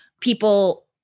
people